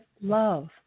love